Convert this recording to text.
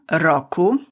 roku